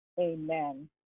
Amen